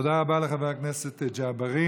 תודה רבה לחבר הכנסת ג'בארין.